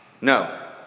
No